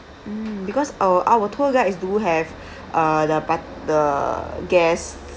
mm because our our tour guides do have uh the but the guests'